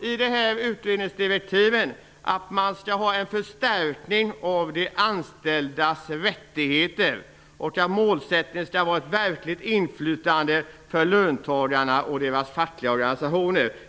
I utredningsdirektiven sägs det också att det skall ske en förstärkning av de anställdas rättigheter och att målsättningen skall vara ett verkligt inflytande för löntagarna och deras fackliga organisationer.